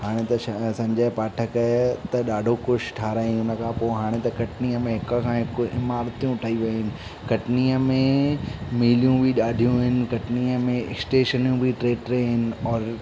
हाणे त छाहे संजय पाठक त ॾाढो कुझु ठहिरायईं उन खां पोइ हाणे त कटनीअ में हिक खां हिकु इमारतियूं ठही वियूं आहिनि कटनीअ में मीलियूं बि ॾाढियूं आहिनि कटनीअ में स्टेशनियूं बि टे टे आहिनि और